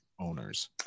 owners